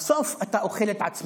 בסוף אתה אוכל את עצמך,